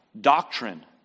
doctrine